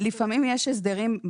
לפעמים יש הסדרים,